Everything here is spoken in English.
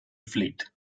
fleet